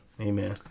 Amen